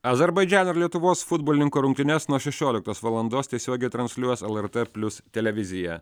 azerbaidžano ir lietuvos futbolininkų rungtynes nuo šešioliktos valandos tiesiogiai transliuos lrt plius televizija